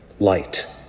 light